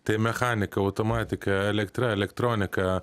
tai mechanika automatika elektra elektronika